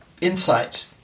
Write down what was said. insight